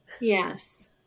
yes